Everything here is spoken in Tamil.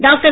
டாக்டர்